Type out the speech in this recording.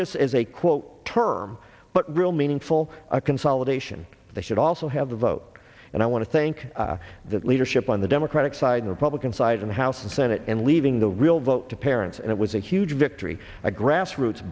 just as a quote term but real meaningful a consolidation that should also have the vote and i want to thank the leadership on the democratic side republican side in the house and senate and leaving the real vote to parents and it was a huge victory a grassroots